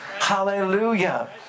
Hallelujah